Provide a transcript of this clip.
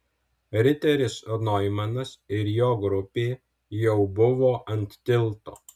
riteris noimanas ir jo grupė jau buvo ant tilto